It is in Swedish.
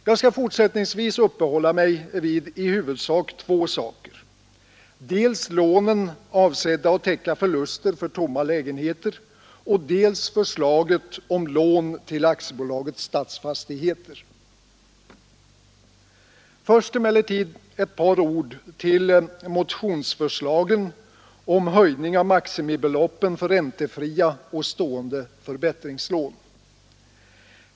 Jag skall fortsättningsvis uppehålla mig vid i huvudsak två frågor: dels lånen avsedda att täcka förluster för tomma lägenheter, dels förslaget om lån till AB Stadsfastigheter. Först emellertid ett par ord till motionsförslagen om höjning av maximibeloppen för räntefria och stående förbättringslån.